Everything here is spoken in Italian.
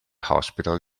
hospital